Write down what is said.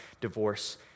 divorce